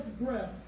breath